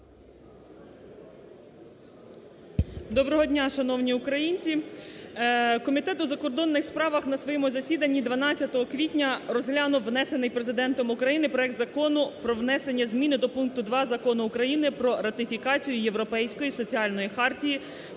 Доброго дня, шановні українці! Комітет у закордонних справах на своєму засіданні 12 квітня розглянув внесений Президентом України проект Закону про внесення зміни до пункту 2 Закону України "Про ратифікацію Європейської соціальної хартії